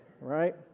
right